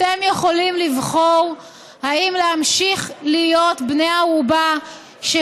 אתם יכולים לבחור אם להמשיך להיות בני ערובה של